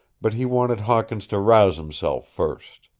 but he wanted hawkins to rouse himself first.